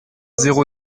zéro